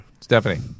Stephanie